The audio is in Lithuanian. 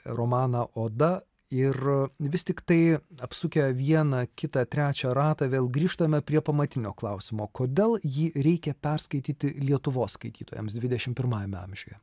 romaną oda ir vis tiktai apsukę vieną kitą trečią ratą vėl grįžtame prie pamatinio klausimo kodėl jį reikia perskaityti lietuvos skaitytojams didešimt pirmajame amžiuje